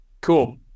Cool